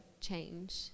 change